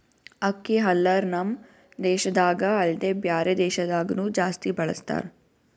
ಅಕ್ಕಿ ಹಲ್ಲರ್ ನಮ್ ದೇಶದಾಗ ಅಲ್ದೆ ಬ್ಯಾರೆ ದೇಶದಾಗನು ಜಾಸ್ತಿ ಬಳಸತಾರ್